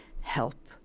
help